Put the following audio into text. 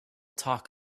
talk